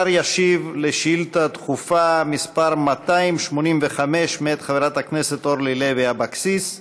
השר ישיב על שאילתה דחופה מס' 285 מאת חברת הכנסת אורלי לוי אבקסיס.